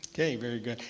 okay, very good.